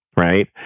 right